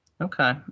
Okay